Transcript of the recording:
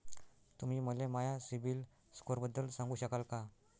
तुम्ही मले माया सीबील स्कोअरबद्दल सांगू शकाल का?